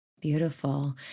Beautiful